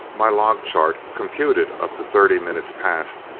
my log-chart, computed up to thirty minutes past,